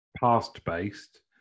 past-based